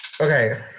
Okay